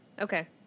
Okay